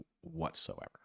whatsoever